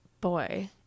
boy